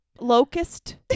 Locust